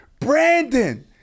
Brandon